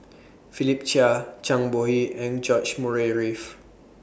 Philip Chia Zhang Bohe and George Murray Reith